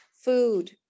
food